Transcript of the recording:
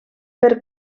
per